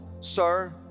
sir